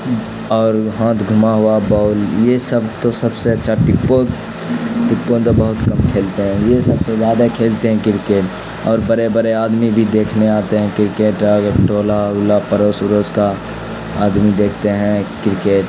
اور ہاتھ گھما ہوا باول یہ سب تو سب سے اچھا ٹپو ٹیپو تو بہت کم کھیلتے ہیں یہ سب سے جیادہ کھیلتے ہیں کرکٹ اور بڑے بڑے آدمی بھی دیکھنے آتے ہیں کرکٹ اگر ٹولہ اولا پروس اڑوس کا آدمی دیکھتے ہیں کرکٹ